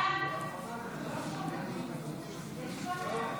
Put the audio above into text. חבריי חברי הכנסת,